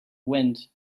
wind